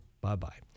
Bye-bye